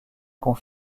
biens